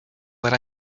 what